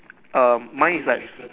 um mine is like